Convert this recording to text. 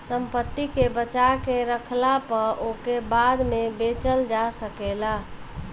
संपत्ति के बचा के रखला पअ ओके बाद में बेचल जा सकेला